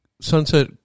sunset